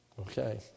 Okay